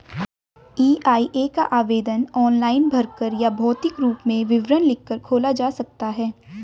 EIA का आवेदन online भरकर या भौतिक रूप में विवरण लिखकर खोला जा सकता है